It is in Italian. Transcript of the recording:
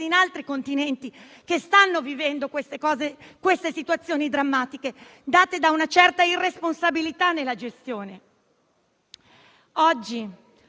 in altri continenti che stanno vivendo queste situazioni drammatiche, derivanti da una certa irresponsabilità nella gestione. Oggi